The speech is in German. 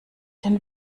den